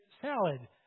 salad